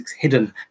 hidden